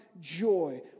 joy